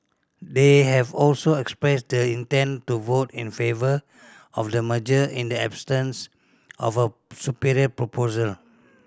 they have also expressed the intent to vote in favour of the merger in the of a superior proposal